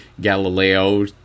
Galileo